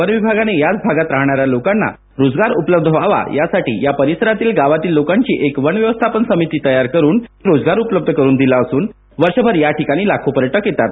one विभागाने याच भागात रहाणार्या लोकांना रोजगार उपल्बध व्हावा या साठी परिसरातील गावातील लोकांची एक वन व्यवस्थापन समिती तयार करून या ठिकाणी रोजगार उपल्बध करुण दिला असून वर्षभर या ठिकाणी लाखो पर्यटक येतात